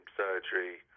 surgery